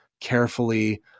carefully